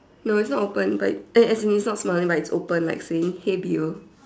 no is not open but as in he's not smiling but it's open like saying hey beau